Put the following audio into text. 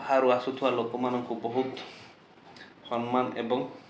ବାହାରୁ ଆସୁଥିବା ଲୋକମାନଙ୍କୁ ବହୁତ ସମ୍ମାନ ଏବଂ